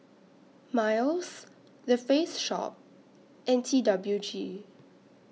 Miles The Face Shop and T W G